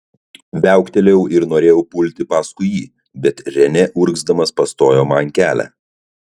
viauktelėjau ir norėjau pulti paskui jį bet renė urgzdamas pastojo man kelią